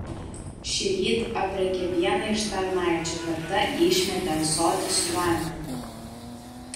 šįryt aprėkė vieną iš tarnaičių kad ta išmetė ąsotį su vandeniu